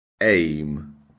aim